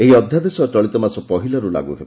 ଏହି ଅଧ୍ୟାଦେଶ ଚଳିତ ମାସ ପହିଲାର୍ ଲାଗ୍ର ହେବ